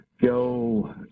go